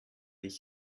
ich